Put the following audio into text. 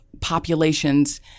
populations